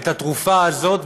את התרופה הזאת,